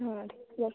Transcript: ಹಾಂ ರೀ ಏಯ್